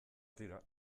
tira